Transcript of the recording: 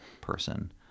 person